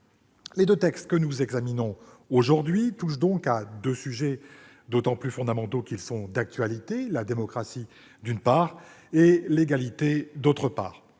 Les deux textes que nous examinons aujourd'hui touchent donc à deux sujets d'autant plus fondamentaux qu'ils sont d'actualité : la démocratie et l'égalité.